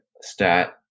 stat